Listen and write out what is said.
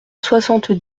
soixante